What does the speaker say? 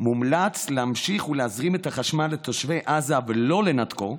מומלץ להמשיך ולהזרים את החשמל לתושבי עזה ולא לנתקו,